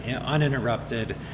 uninterrupted